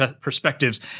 perspectives